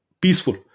peaceful